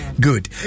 Good